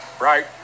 right